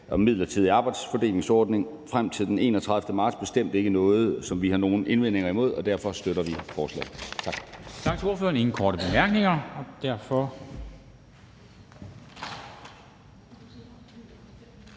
den midlertidige arbejdsfordelingsordning frem til den 31. marts bestemt ikke noget, som vi har nogen indvendinger imod, og derfor støtter vi forslaget. Tak.